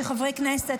שחברי כנסת,